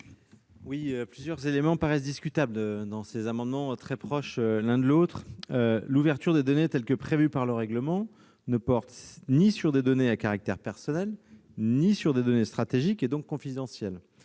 ? Plusieurs éléments paraissent discutables s'agissant de ces amendements très proches. En premier lieu, l'ouverture des données, telle qu'elle est prévue par le règlement, ne porte ni sur des données à caractère personnel ni sur des données stratégiques et donc confidentielles.